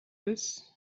this